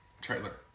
trailer